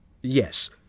Yes